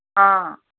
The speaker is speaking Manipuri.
ꯑ